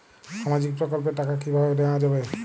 সামাজিক প্রকল্পের টাকা কিভাবে নেওয়া যাবে?